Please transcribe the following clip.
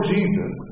Jesus